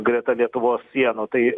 greta lietuvos sienų tai